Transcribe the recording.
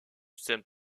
saint